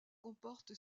comporte